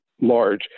large